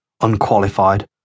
unqualified